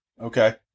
Okay